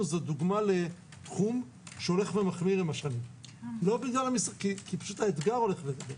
זו דוגמה לתחום שהולך ומחמיר עם השנים כי האתגר הולך ומחמיר.